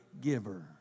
giver